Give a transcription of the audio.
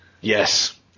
Yes